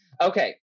Okay